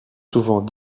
souvent